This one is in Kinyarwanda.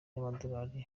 y’amadolari